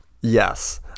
Yes